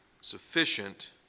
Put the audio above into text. sufficient